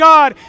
God